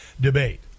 debate